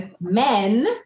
men